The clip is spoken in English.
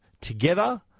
together